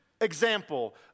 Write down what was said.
example